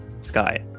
sky